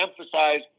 emphasize